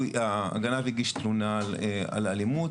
הוא הגנב הגיש תלונה על אלימות.